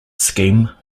scheme